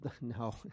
No